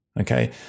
Okay